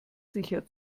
sicher